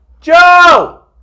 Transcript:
Joe